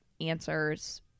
answers